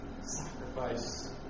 sacrifice